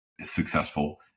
successful